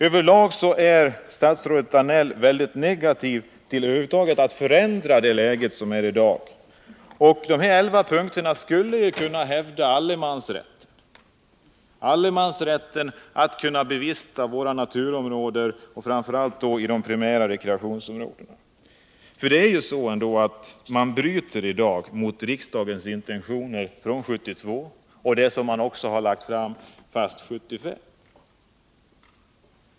Över lag är statsrådet Danell ganska negativt inställd till förändringar i det rådande läget. Om vi genomförde de förslag som jag framlägger i de här elva punkterna skulle vi kunna hävda allemansrätten att få bevista våra naturområden och då framför allt de primära rekreationsområdena. Det är ändå så att man i dag går ifrån riksdagens intentioner som antogs år 1972 och Nr 57 som bekräftades 1975.